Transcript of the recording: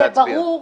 זה ברור,